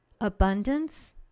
abundance